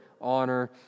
honor